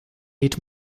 eat